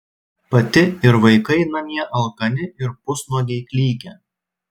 pati ir vaikai namie alkani ir pusnuogiai klykia